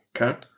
Okay